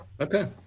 okay